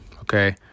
Okay